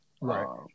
Right